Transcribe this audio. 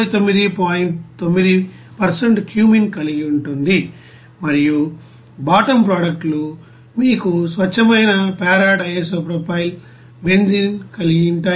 9 cumene కలిగి ఉంటుంది మరియు బాటమ్ ప్రోడక్ట్ లు మీకు స్వచ్ఛమైన పారా డి ఐసోప్రొపైల్ బెంజీన్ కలిగి ఉంటాయి